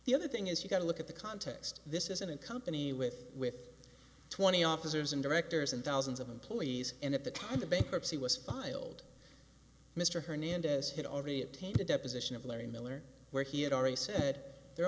the other thing is you've got to look at the context this isn't a company with with twenty officers and directors and thousands of employees and at the time the bankruptcy was filed mr hernandez had already attained the deposition of larry miller where he had already said the